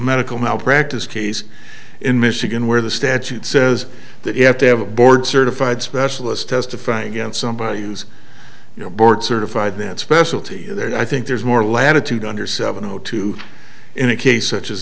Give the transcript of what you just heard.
medical malpractise case in michigan where the statute says that you have to have a board certified specialist testify against somebody who's you know board certified that specialty there i think there's more latitude under seven o two in a case such as